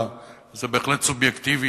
וזה בהחלט סובייקטיבי,